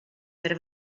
per